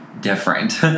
different